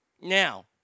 Now